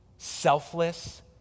Selfless